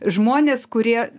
žmonės kurie